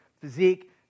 physique